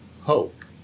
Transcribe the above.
hope